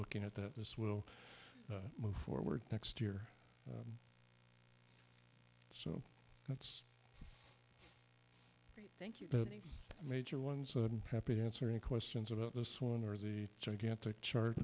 looking at that this will move forward next year so that's thank you major ones and happy to answer any questions about this one or the gigantic chart